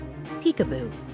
Peekaboo